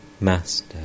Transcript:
Master